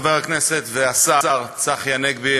חבר הכנסת והשר צחי הנגבי,